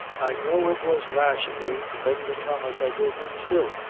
i know it was rash of me to make the promise i did but still,